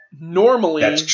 normally